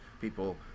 people